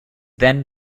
then